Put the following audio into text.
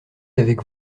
avec